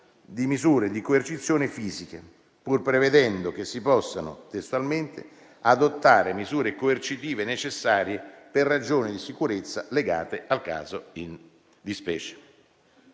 a misure di coercizione fisiche, pur prevedendo che si possano adottare misure coercitive necessarie per ragioni di sicurezza legate al caso di specie.